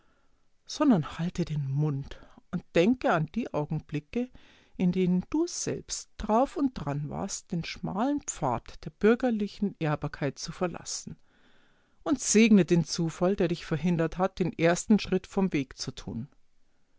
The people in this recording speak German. sondern halte den mund und denke an die augenblicke in denen du selbst drauf und dran warst den schmalen pfad der bürgerlichen ehrbarkeit zu verlassen und segne den zufall der dich verhindert hat den ersten schritt vom wege zu tun